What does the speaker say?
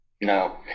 No